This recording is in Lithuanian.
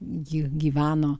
ji gyveno